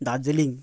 Darjeeling